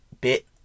bit